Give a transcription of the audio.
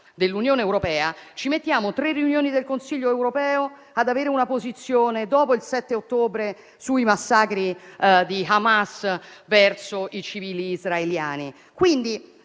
dell'Unione europea, impieghiamo tre riunioni del Consiglio europeo per assumere una posizione dopo il 7 ottobre sui massacri di Hamas verso i civili israeliani.